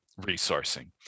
resourcing